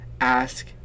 ask